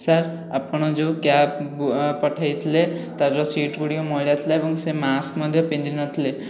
sir ଆପଣ ଯେଉଁ cab ପଠାଇଥିଲେ ତାର ସିଟ୍ ଗୁଡ଼ିଏ ମଇଳା ଥିଲା ଏବଂ ସେ ମାସ୍କ ମଧ୍ୟ ପିନ୍ଧିନଥିଲେ